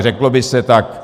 Řeklo by se, tak...